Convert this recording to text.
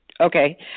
Okay